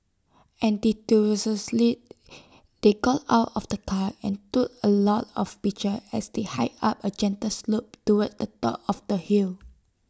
enthusiastically they got out of the car and took A lot of pictures as they hiked up A gentle slope towards the top of the hill